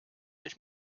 ich